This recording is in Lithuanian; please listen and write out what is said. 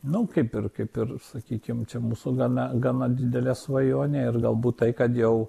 nu kaip ir kaip ir sakykie čia mūsų gana gana didelė svajonė ir galbūt tai kad jau